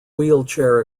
wheelchair